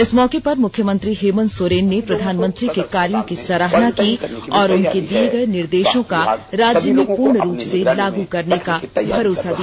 इस मौके पर मुख्यमंत्री हेमंत सोरेन ने प्रधानमंत्री के कार्यो की सराहना की और उनके दिये गये निर्देषों का राज्य में पूर्ण रूप से लागू करने का भरोसा दिया